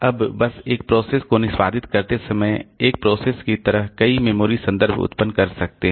अब बस एक प्रोसेस को निष्पादित करते समय एक प्रोसेस की तरह कई मेमोरी संदर्भ उत्पन्न कर सकते हैं